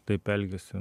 taip elgiasi